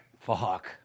Fuck